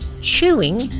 chewing